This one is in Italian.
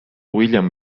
william